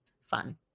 fun